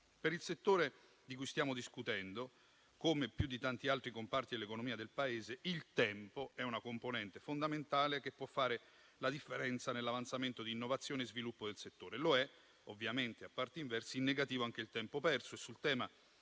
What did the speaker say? Per il settore di cui stiamo discutendo, come e più di tanti altri comparti dell'economia del Paese, il tempo è una componente fondamentale, che può fare la differenza nell'avanzamento di innovazione e sviluppo del settore. Lo è, ovviamente a parti inverse, in negativo, anche il tempo perso.